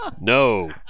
No